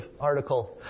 article